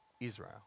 Israel